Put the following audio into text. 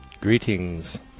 Greetings